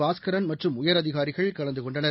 பாஸ்கரன் மற்றும் உயரதிகாரிகள் கலந்துகொண்டனர்